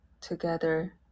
together